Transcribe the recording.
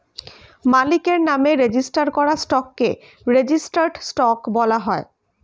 মালিকের নামে রেজিস্টার করা স্টককে রেজিস্টার্ড স্টক বলা হয়